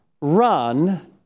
run